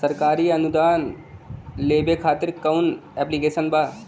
सरकारी अनुदान लेबे खातिर कवन ऐप्लिकेशन बा?